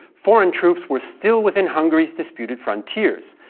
foreign troops were still within hungary's disputed frontiers,